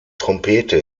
trompete